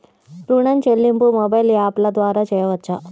ఋణం చెల్లింపు మొబైల్ యాప్ల ద్వార చేయవచ్చా?